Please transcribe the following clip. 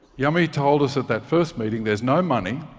yami told us at that first meeting, there's no money,